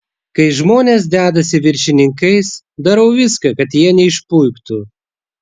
kai žmonės dedasi viršininkais darau viską kad jie neišpuiktų